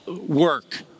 work